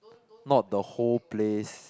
not the whole place